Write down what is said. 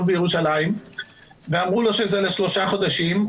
בירושלים ואמרו לו שזה לשלושה חודשים.